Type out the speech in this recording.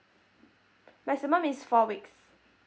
maximum is four weeks